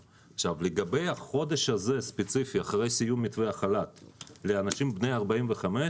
לגבי החודש הספציפי הזה אחרי סיום מתווה החל"ת לאנשים בני 45,